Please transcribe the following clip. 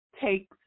take